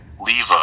leave